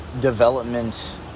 development